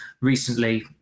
recently